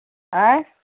आएँ